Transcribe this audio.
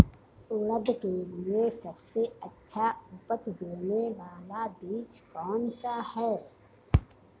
उड़द के लिए सबसे अच्छा उपज देने वाला बीज कौनसा है?